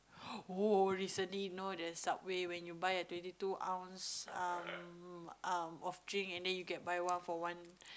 oh recently know the subway when you buy a twenty two ounce um um of drink and then you can buy one for one